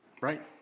Right